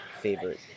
favorite